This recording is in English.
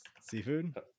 seafood